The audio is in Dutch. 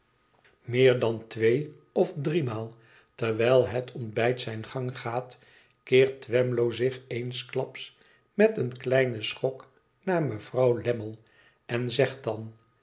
meer dan twee of driemaal terwijl het ontbijt zijn gang gaat keert twemlow zich eensklaps met een kleinen schok naar mevrouw lammie en zegt dan